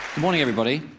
morning everybody.